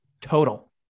total